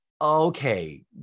okay